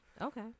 Okay